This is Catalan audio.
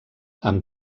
amb